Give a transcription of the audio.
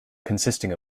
consisting